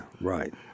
right